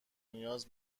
نیاز